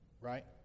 Right